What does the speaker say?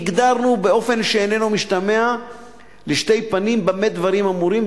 הגדרנו באופן שאינו משתמע לשני פנים במה דברים אמורים.